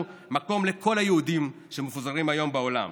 מקום לכל היהודים שמפוזרים היום בעולם,